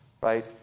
Right